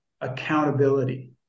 accountability